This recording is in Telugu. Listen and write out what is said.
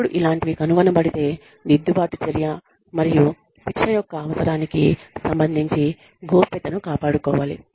అప్పుడు ఇలాంటివి కనుగొనబడితే దిద్దుబాటు చర్య మరియు శిక్ష యొక్క అవసరానికి సంబంధించి గోప్యతను కాపాడుకోవాలి